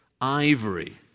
ivory